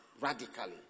radically